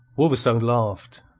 wolverstone laughed.